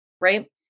Right